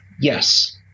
Yes